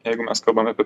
jeigu mes kalbam apie